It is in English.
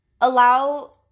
allow